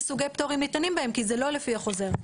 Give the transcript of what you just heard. סוגי פטורים ניתנים בהם כי זה לא לפי החוזר.